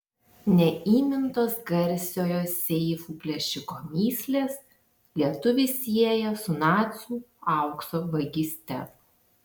neįmintos garsiojo seifų plėšiko mįslės lietuvį sieja su nacių aukso vagyste